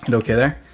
and okay there.